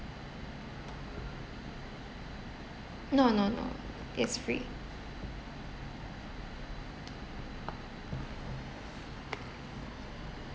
no no no it's free